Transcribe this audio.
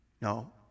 No